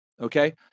okay